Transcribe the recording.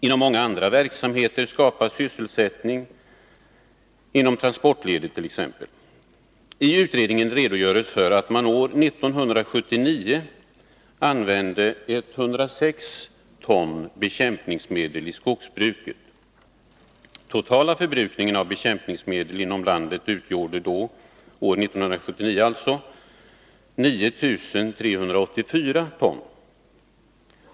Inom många andra verksamheter skapas också sysselsättning, t.ex. inom transportledet. I utredningen redogörs för att man år 1979 använde 106 ton bekämpningsmedel i skogsbruket. Totala förbrukningen av bekämpningsmedel inom landet utgjorde samma år 9 384 ton.